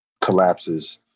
collapses